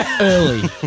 early